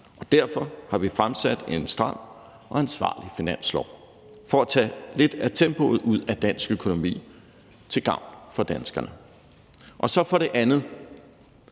og derfor har vi fremsat et stramt og ansvarligt finanslovsforslag for at tage lidt af tempoet ud af dansk økonomi til gavn for danskerne. For det andet